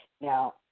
Now